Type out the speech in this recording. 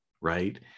right